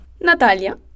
Natalia